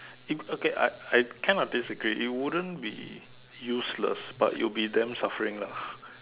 it okay I I kind of disagree it wouldn't be useless but it will be damn suffering lah